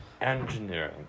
engineering